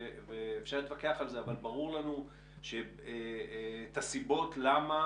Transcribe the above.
ואפשר להתווכח על זה אבל ברורות לנו הסיבות למה